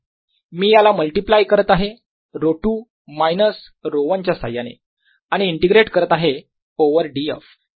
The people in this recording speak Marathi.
मी याला मल्टिप्लाय करत आहे ρ2 मायनस ρ1 च्या साह्याने आणि इंटिग्रेट करत आहे ओवर df